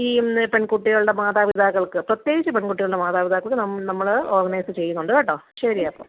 ഈ പെൺകുട്ടികളുടെ മാതാപിതാക്കൾക്ക് പ്രത്യേകിച്ച് പെൺകുട്ടികളുടെ മാതാപിതാക്കൾക്ക് നമ് നമ്മൾ ഓർഗനൈസ് ചെയ്യുന്നുണ്ട് കേട്ടോ ശരിയപ്പം